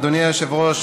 אדוני היושב-ראש,